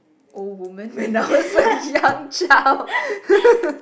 old woman when I was a young child